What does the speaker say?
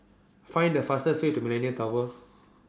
Find The fastest Way to Millenia Tower